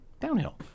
downhill